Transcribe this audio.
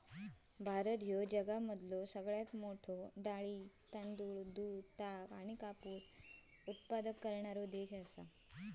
भारत ह्यो जगामधलो सर्वात मोठा डाळी, तांदूळ, दूध, ताग आणि कापूस उत्पादक करणारो देश आसा